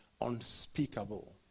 unspeakable